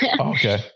Okay